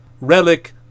relic